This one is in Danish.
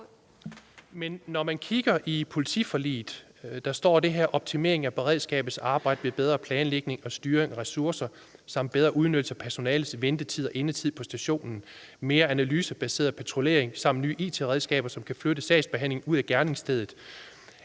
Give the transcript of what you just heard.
Men når man kigger på politiforliget, hvor der står det her om optimering af beredskabets arbejde ved bedre planlægning og styring af ressourcer samt bedre udnyttelse af personalets ventetid og indetid på stationerne, mere analysebaseret patruljering samt nye it-redskaber, som kan flytte sagsbehandlingen væk fra gerningsstedet,